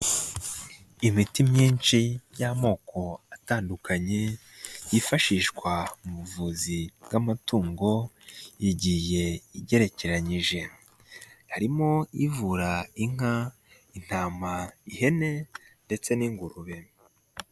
Imiti myinshi y'amoko atandukanye yifashishwa mu buvuzi bw'amatungo igiye igerekeranyije. Harimo ivura: inka, intama, ihene ndetse n'ingurube.